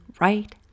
right